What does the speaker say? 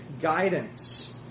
guidance